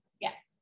yes